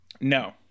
no